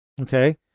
Okay